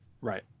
right